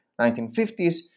1950s